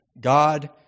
God